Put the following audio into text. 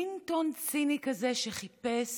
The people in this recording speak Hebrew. מין טון ציני כזה שחיפש